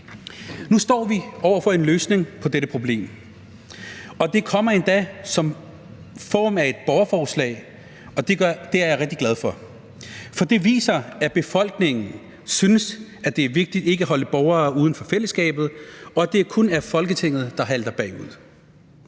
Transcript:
Nu står vi over for en løsning på dette problem, og den kommer endda i form af et borgerforslag, og det er jeg rigtig glad for, for det viser, at befolkningen synes, det er vigtigt ikke at holde borgere uden for fællesskabet, og at det kun er Folketinget, der halter bagefter.